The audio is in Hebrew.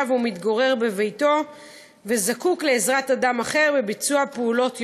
והוא מתגורר בביתו וזקוק לעזרת אדם אחר בביצוע פעולות יומיומיות.